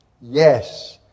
yes